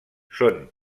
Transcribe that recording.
són